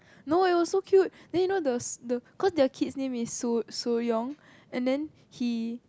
no it was so cute then you know the the cause their kid's name is Soo-Sooyoung and then he